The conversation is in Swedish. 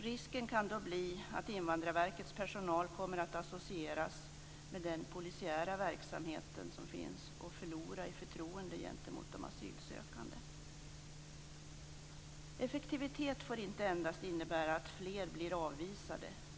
Risken kan då bli att Invandrarverkets personal kommer att associeras med den polisiära verksamhet som finns och förlora i förtroende gentemot de asylsökande. Effektivitet får inte endast innebära att fler blir avvisade.